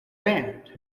band